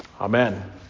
Amen